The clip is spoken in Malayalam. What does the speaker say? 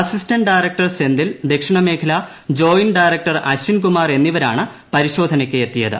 അസിസ്റ്റന്റ് ഡയറക്ടർ സെന്തിൽ ദക്ഷിണ മേഖല ജോയിന്റ് ഡയറക്ടർ അശ്വിൻകുമാർ എന്നിവരാണ് പരിശോധനയ്ക്കെ ത്തിയത്